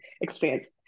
experience